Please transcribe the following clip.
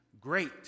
great